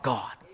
God